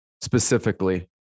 specifically